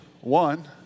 One